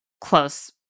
close